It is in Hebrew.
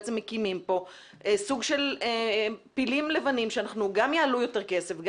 בעצם מקימים כאן סוג של פילים לבנים שגם יעלו יותר כסף,